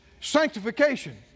sanctification